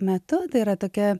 metu tai yra tokia